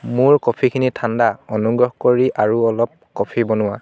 মোৰ কফিখিনি ঠাণ্ডা অনুগ্ৰহ কৰি আৰু অলপ কফি বনোৱা